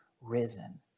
risen